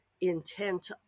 intent